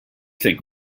think